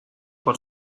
por